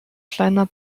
kleiner